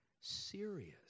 serious